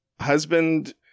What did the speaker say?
husband